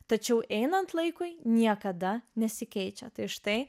tačiau einant laikui niekada nesikeičia tai štai